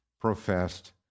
professed